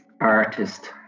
artist